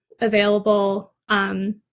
available